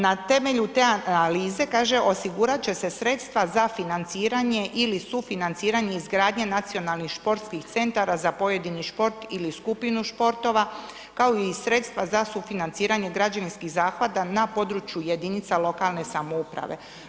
Na temelju te analize kaže, osigurat će se sredstva za financiranje ili sufinanciranje izgradnje nacionalnih športskih centara za pojedini šport ili skupinu športova kao i sredstva za sufinanciranje građevinskih zahvata na području jedinica lokalne samouprave.